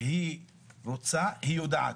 כשהיא רוצה, היא יודעת,